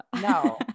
no